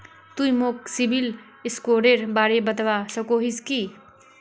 तुई मोक सिबिल स्कोरेर बारे बतवा सकोहिस कि?